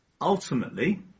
ultimately